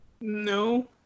No